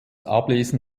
ablesen